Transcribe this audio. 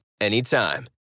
anytime